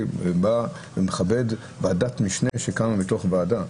ובא ומכבד ועדת משנה שקמה מתוך ועדה.